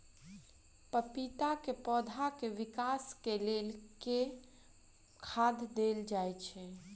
पपीता केँ पौधा केँ विकास केँ लेल केँ खाद देल जाए?